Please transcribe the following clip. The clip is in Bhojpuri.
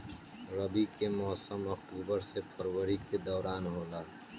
रबी के मौसम अक्टूबर से फरवरी के दौरान होला